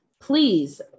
please